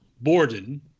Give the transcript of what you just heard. Borden